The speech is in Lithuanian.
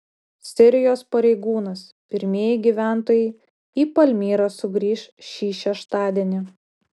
sirijos pareigūnas pirmieji gyventojai į palmyrą sugrįš šį šeštadienį